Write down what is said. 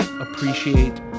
appreciate